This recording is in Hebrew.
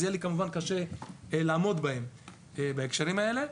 יהיה לי קשה לעמוד בהם בהקשרים האלה.